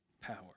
power